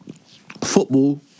Football